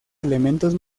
elementos